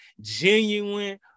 genuine